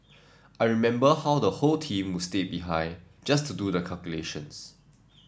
I remember how the whole team would stay behind just to do the calculations